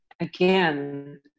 again